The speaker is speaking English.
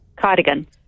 Cardigan